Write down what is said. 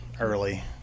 early